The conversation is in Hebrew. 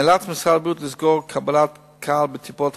נאלץ משרד הבריאות לסגור קבלת קהל בטיפות-חלב